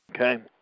okay